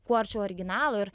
kuo arčiau originalo ir